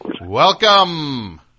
Welcome